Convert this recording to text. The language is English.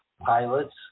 pilots